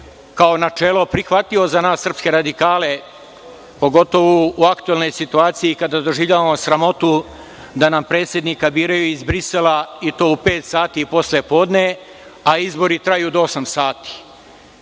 kao načelo prihvatljivo za nas srpske radikale, pogotovu u aktuelnoj situaciji kada doživljavamo sramotu da nam predsednika biraju iz Brisela, i to u pet sati posle podne, a izbori traju do osam sati. Ako